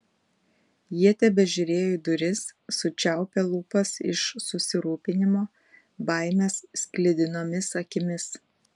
jie tebežiūrėjo į duris sučiaupę lūpas iš susirūpinimo baimės sklidinomis akimis